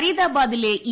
ഫരീദാബാദിലെ E